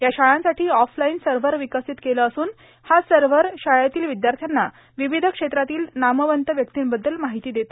या शाळांसाठी offline server विकसित केलं असून हा सर्व्हर शाळेतील विद्यार्थ्यांना विविध क्षेत्रातील नामवंत व्यक्तींबद्दल माहिती देतो